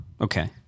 Okay